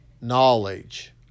knowledge